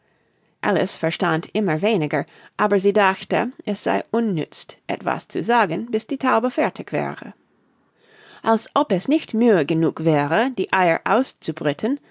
alice verstand immer weniger aber sie dachte es sei unnütz etwas zu sagen bis die taube fertig wäre als ob es nicht mühe genug wäre die eier auszubrüten